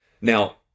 Now